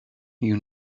you